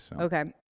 Okay